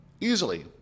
easily